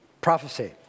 prophecy